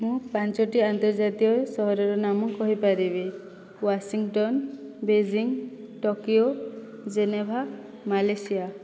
ମୁଁ ପାଞ୍ଚୋଟି ଆନ୍ତର୍ଜାତିୟ ସହରର ନାମ କହିପାରିବି Washington Beijing Tokyo Geneva Malaysia